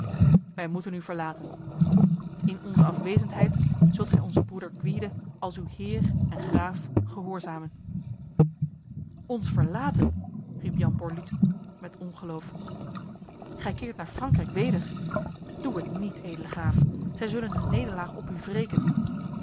wij moeten u verlaten in onze afwezendheid zult gij onze broeder gwyde als uw heer en graaf gehoorzamen ons verlaten riep jan borluut met ongeloof gij keert naar frankrijk weder doe het niet edele graaf zij zullen hun nederlaag op u wreken